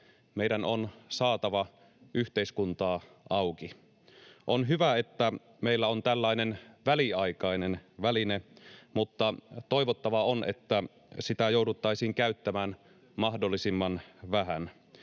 meidän on saatava yhteiskuntaa auki. On hyvä, että meillä on tällainen väliaikainen väline, mutta toivottavaa on, että sitä jouduttaisiin käyttämään mahdollisimman vähän.